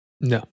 No